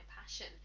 passion